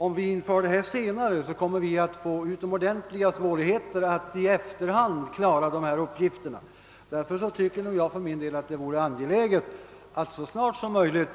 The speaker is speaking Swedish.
Om vi inför systemet senare kommer vi att få utomordentliga svårigheter att i efterhand klara uppgifterna. Därför tycker jag det är angeläget att så snart som möjligt